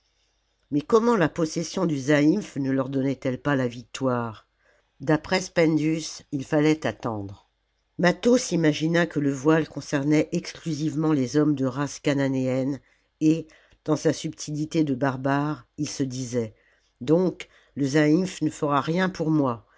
mais comment la possession du zaïmph ne leur donnait-elle pas la victoire d'après spendius il fallait attendre mâtho s'imagina que le voile concernait exclusivement les hommes de race chananéenne et dans sa subtilité de barbare il se disait donc le zaïmph ne fera rien pour moi